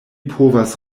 povas